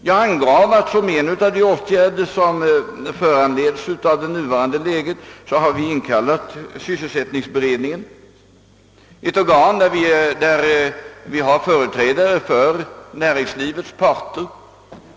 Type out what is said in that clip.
Jag angav att vi som en av de åtgärder, som föranleds av det nuvarande läget, har inkallat sysselsättningsberedningen, ett organ vari ingår företrädare för näringslivets parter.